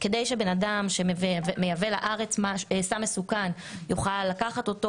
כדי שבן אדם שמייבא לארץ סם מסוכן יוכל לקחת אותו